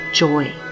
joy